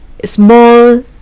Small